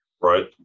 right